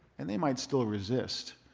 and they might still resist,